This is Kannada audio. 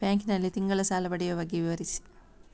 ಬ್ಯಾಂಕ್ ನಲ್ಲಿ ತಿಂಗಳ ಸಾಲ ಪಡೆಯುವ ಬಗ್ಗೆ ವಿವರಿಸಿ?